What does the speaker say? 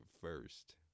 first